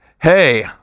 hey